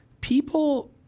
people